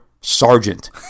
sergeant